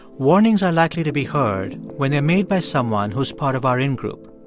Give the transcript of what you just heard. warnings are likely to be heard when they're made by someone who's part of our in-group,